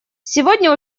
сегодня